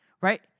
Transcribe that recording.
right